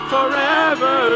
Forever